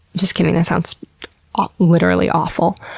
just kidding, that sounds literally awful.